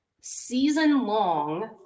season-long